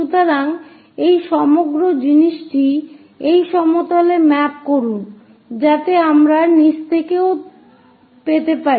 সুতরাং এই সমগ্র জিনিসটি এই সমতলে ম্যাপ করুন যাতে আমরা নীচ থেকেও পেতে পারি